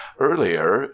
earlier